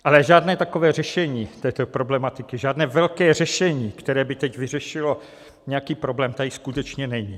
Ale žádné takové řešení této problematiky, žádné velké řešení, které by teď vyřešilo nějaký problém, tady skutečně není.